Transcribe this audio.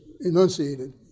enunciated